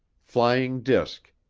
flying disc,